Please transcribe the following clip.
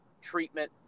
treatment